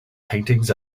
paintings